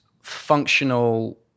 functional